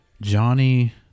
Johnny